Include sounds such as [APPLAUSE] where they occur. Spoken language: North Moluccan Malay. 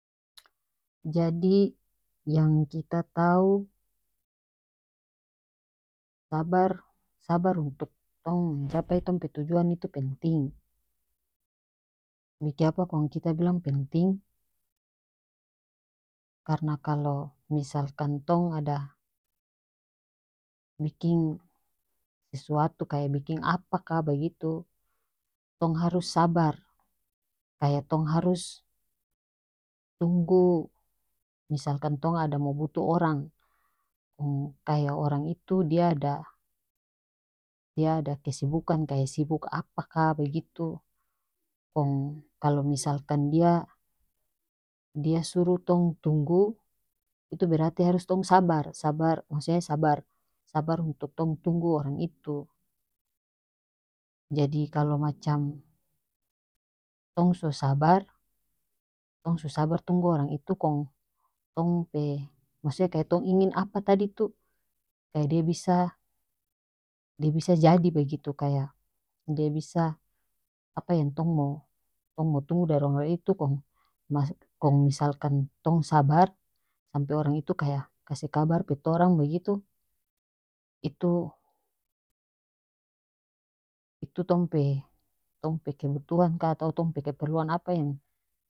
[NOISE] jadi yang kita tau sabar sabar untuk tong mencapai [NOISE] tong pe tujuan itu penting bikiapa kong kita bilang penting karena kalo misalkan tong ada biking sesuatu kaya biking apakah bagitu tong harus sabar kaya tong harus tunggu misalkan tong ada mo butuh orang kong kaya orang itu dia ada dia ada kesibukan kaya sibuk apakah bagitu kong kalu misalkan dia dia suru tong tunggu itu berarti harus tong sabar sabar maksudnya sabar sabar untuk tong tunggu orang itu jadi kalo macam tong so sabar tong so sabar tunggu orang itu kong tong pe maksudnya kaya tong ingin apa tadi tu kaya dia bisa dia bisa jadi bagitu kaya dia bisa apa yang tong mo tunggu dari orang itu kong [UNINTELLIGIBLE] kong misalkan tong sabar sampe orang itu kaya kase kabar pe torang bagitu itu itu tong pe tong pe kebutuhan ka atau tong pe keperluan apa yang.